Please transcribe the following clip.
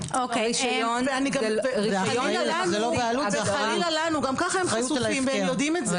--- גם ככה הם חשופים והם יודעים את זה,